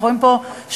אנחנו רואים פה שבכלל,